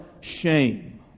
shame